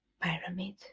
Pyramid